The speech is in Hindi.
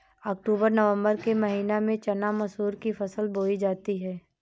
अक्टूबर नवम्बर के महीना में चना मसूर की फसल बोई जाती है?